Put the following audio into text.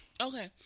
Okay